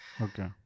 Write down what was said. Okay